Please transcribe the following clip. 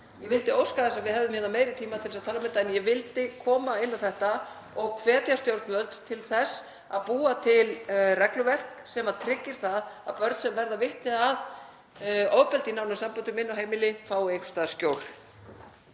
Ég vildi óska þess að við hefðum meiri tíma til að tala um þetta en ég vildi koma inn á þetta og hvetja stjórnvöld til þess að búa til regluverk sem tryggir það að börn sem verða vitni að ofbeldi í nánum samböndum inni á heimili fái einhvers staðar skjól.